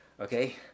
okay